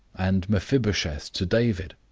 and mephibosheth to david.